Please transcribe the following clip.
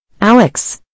Alex